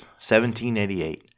1788